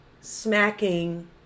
Smacking